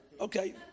Okay